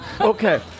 Okay